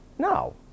No